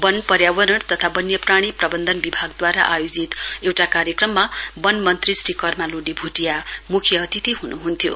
वन पर्यावरण तथा वन्यप्राणी प्रबन्धन विभागद्वारा आयोजित एउटा कार्यक्रममा वन मन्त्री श्री कर्मा लोडे भूटिया मुख्य अतिथि हुनुहुन्थ्यो